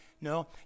no